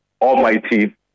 almighty